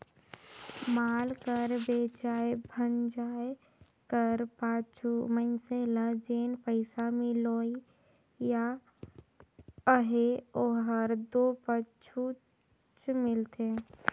माल कर बेंचाए भंजाए कर पाछू मइनसे ल जेन पइसा मिलोइया अहे ओहर दो पाछुच मिलथे